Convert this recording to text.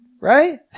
right